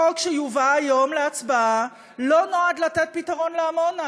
החוק שיובא היום להצבעה לא נועד לתת פתרון לעמונה,